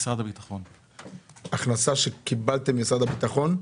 הכנסה שקיבלתם ממשרד הביטחון?